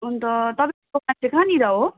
अन्त तपाईँको दोकान चाहिँ कहाँनिर हो